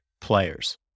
players